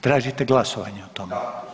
Tražite glasovanje o tome?